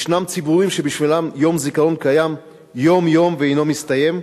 ישנם ציבורים שבשבילם יום הזיכרון קיים יום-יום ואינו מסתיים.